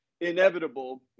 inevitable